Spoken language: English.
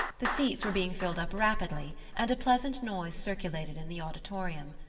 the seats were being filled up rapidly and a pleasant noise circulated in the auditorium.